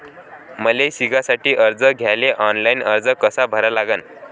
मले शिकासाठी कर्ज घ्याले ऑनलाईन अर्ज कसा भरा लागन?